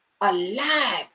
alive